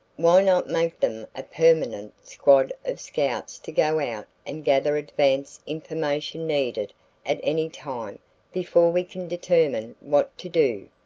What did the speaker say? why not make them a permanent squad of scouts to go out and gather advance information needed at any time before we can determine what to do?